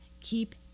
Keep